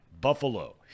Buffalo